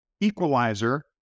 equalizer